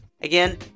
Again